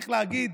צריך להגיד,